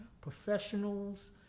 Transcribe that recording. professionals